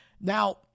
Now